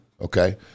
okay